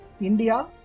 India